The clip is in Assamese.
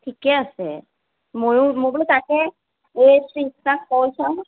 ঠিকে আছে মইও মই বোলো তাকে এই তৃষ্ণাক কওঁচোন